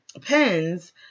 pens